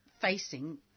facing